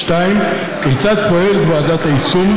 2. כיצד פועלת ועדת היישום?